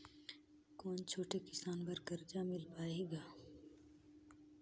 कौन छोटे किसान बर कर्जा मिल पाही ग?